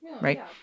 Right